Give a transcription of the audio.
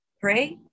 Pray